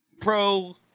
pro